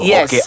Yes